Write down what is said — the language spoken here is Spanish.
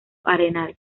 arenal